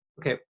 Okay